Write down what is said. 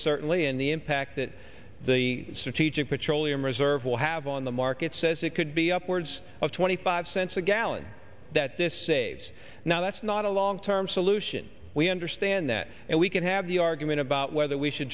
certainly and the impact that the strategic petroleum reserve will have on the market says it could be upwards of twenty five cents a gallon that this saves now that's not a long term solution we understand that and we can have the argument about whether we should